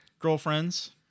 Girlfriends